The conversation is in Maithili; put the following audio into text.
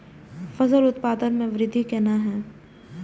फसल उत्पादन में वृद्धि केना हैं?